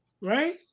right